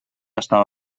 estava